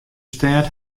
stêd